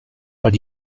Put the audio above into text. but